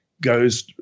goes